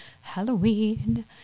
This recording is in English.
Halloween